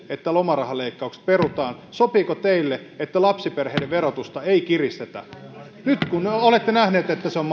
että lomarahaleikkaukset perutaan sopiiko teille että lapsiperheiden verotusta ei kiristetä nyt kun olette nähnyt että se on